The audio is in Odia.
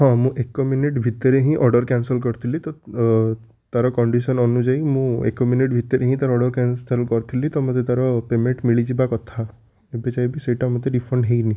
ହଁ ମୁଁ ଏକ ମିନିଟ୍ ଭିତରେ ହିଁ ଅର୍ଡ଼ର କ୍ୟାନସଲ୍ କରିଥିଲି ତ ତା'ର କଣ୍ଡିସନ୍ ଅନୁଯାୟୀ ମୁଁ ଏକ ମିନିଟ୍ ଭିତରେ ହିଁ ତାର ଅର୍ଡ଼ର କ୍ୟାନସଲ୍ କରିଥିଲି ତ ମୋତେ ତା'ର ପେମେଣ୍ଟ୍ ମିଳିଯିବା କଥା ଏବେ ଯାଏଁ ବି ସେଇଟା ମୋତେ ରିଫଣ୍ଡ ହେଇନି